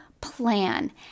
plan